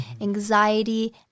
anxiety